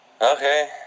Okay